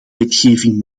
wetgeving